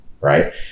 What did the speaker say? right